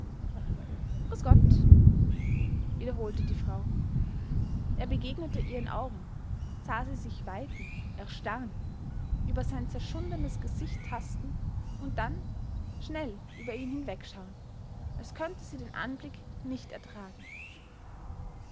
grüß gott wiederholte die frau er begegnete ihren augen sah sie sich weiten erstarren über sein zerschundenes gesicht tasten und dann schnell über ihn hinwegschauen als könnte sie den anblick nicht ertragen